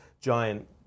giant